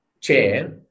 chair